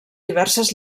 diverses